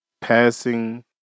passing